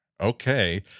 okay